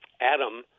Adam